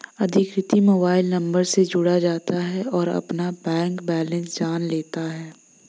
अधिकृत mobile number से जुड़ जाता है और अपना बैंक बेलेंस जान लेता है